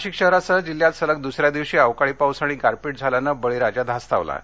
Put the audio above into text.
नाशिक शहरासह जिल्ह्यात सलग दुसऱ्या दिवशी अवकाळी पाऊस आणि गारपीट झाल्याने बळीराजा धास्तावला आहे